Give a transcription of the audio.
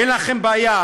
אין לכם בעיה,